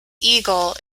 eagle